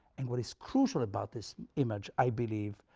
and what is crucial about this image, i believe,